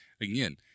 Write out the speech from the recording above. again